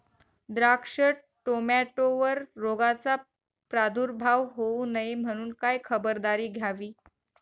द्राक्ष, टोमॅटोवर रोगाचा प्रादुर्भाव होऊ नये म्हणून काय खबरदारी घ्यावी?